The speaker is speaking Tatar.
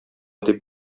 дип